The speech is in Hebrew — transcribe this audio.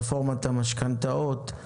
רפורמת המשכנתאות,